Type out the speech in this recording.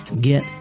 get